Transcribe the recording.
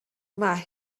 mae